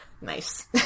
Nice